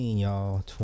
y'all